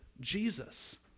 Jesus